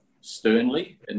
sternly